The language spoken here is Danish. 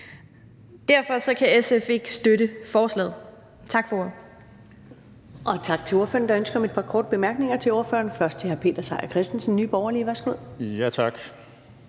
Derfor kan SF ikke støtte forslaget.